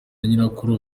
nyirakuru